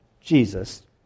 Jesus